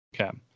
Okay